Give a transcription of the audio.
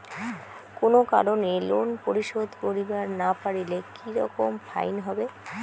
কোনো কারণে লোন পরিশোধ করিবার না পারিলে কি রকম ফাইন হবে?